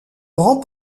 grands